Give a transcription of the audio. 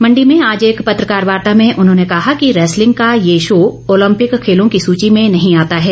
मण्डी में आज एक पत्रकार वार्ता में उन्होंने कहा कि रैसलिंग का ये शो ओलंपिक खेलों की सूची में नहीं आता है